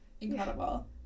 Incredible